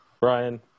Brian